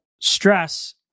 stress